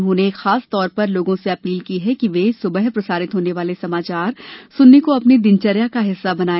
उन्होंने खासतौर पर लोगों से अपील की है कि वे सुबह प्रसारित होने वाले समाचार सुनने को अपनी दिनचर्या का हिस्सा बनाए